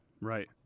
right